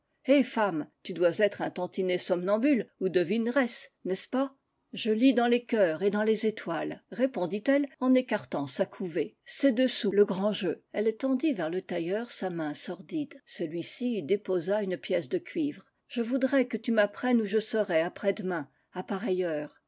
hé femme tu dois être un tantinet somnambule ou devineresse n'est-ce pas je lis dans les cœurs et dans les étoiles répondit-elle en écartant sa couvée c'est deux sous le grand jeu elle tendit vers le tailleur sa main sordide celui-ci y déposa une pièce de cuivre je voudrais que tu m'apprennes où je serai après demain à pareille heure